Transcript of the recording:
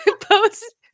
post